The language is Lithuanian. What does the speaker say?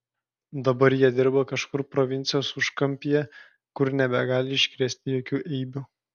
dabar jie dirba kažkur provincijos užkampyje kur nebegali iškrėsti jokių eibių